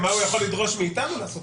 מה הוא יכול לדרוש מאיתנו לעשות.